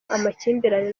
amakimbirane